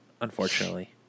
unfortunately